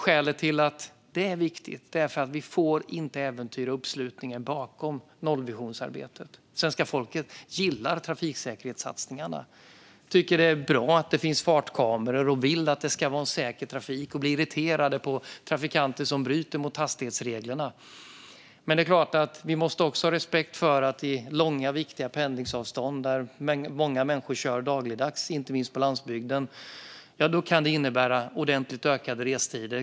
Skälet till att detta är viktigt är att vi inte får äventyra uppslutningen bakom nollvisionsarbetet. Svenska folket gillar trafiksäkerhetssatsningarna, tycker att det är bra att det finns fartkameror och vill att trafiken ska vara säker. Man blir irriterad på trafikanter som bryter mot hastighetsreglerna. Men det är klart att vi också måste ha respekt för att det på långa, viktiga pendlingssträckor där många människor kör dagligdags, inte minst på landsbygden, kan innebära ordentligt ökade restider.